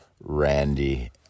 Randy